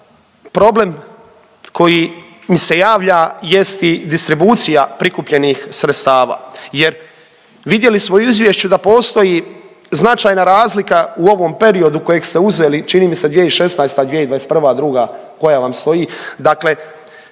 problem koji mi se javlja jest i distribucija prikupljenih sredstava jer vidjeli smo i u izvješću da postoji značajna razlika u ovom periodu kojeg ste uzeli čini mi se 2016. – 2021., '22. koja vam stoji,